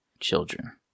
children